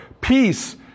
Peace